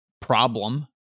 problem